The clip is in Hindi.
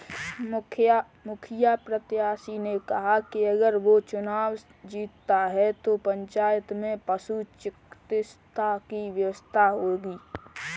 मुखिया प्रत्याशी ने कहा कि अगर वो चुनाव जीतता है तो पंचायत में पशु चिकित्सा की व्यवस्था होगी